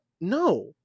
No